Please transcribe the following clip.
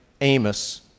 Amos